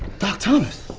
doc' thomas!